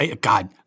God